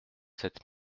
sept